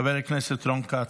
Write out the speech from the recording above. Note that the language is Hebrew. חבר הכנסת רון כץ,